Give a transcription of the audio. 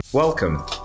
Welcome